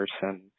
person